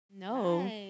No